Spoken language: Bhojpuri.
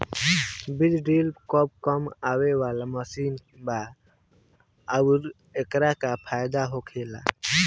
बीज ड्रील कब काम आवे वाला मशीन बा आऊर एकर का फायदा होखेला?